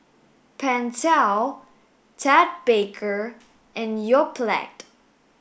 Pentel Ted Baker and Yoplait